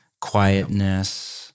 Quietness